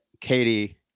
Katie